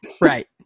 Right